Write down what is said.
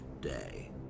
day